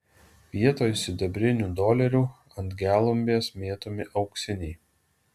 vietoj sidabrinių dolerių ant gelumbės mėtomi auksiniai